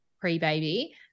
pre-baby